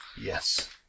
Yes